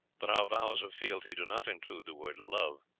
but our vows of fealty do not include the word love.